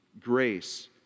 grace